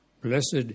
Blessed